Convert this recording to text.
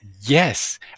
Yes